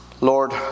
Lord